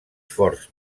forts